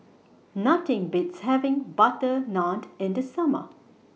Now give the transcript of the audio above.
Nothing Beats having Butter Naan in The Summer